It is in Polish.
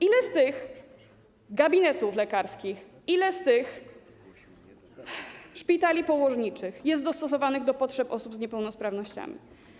Ile z tych gabinetów lekarskich, ile z tych szpitali położniczych jest dostosowanych do potrzeb osób z niepełnosprawnościami?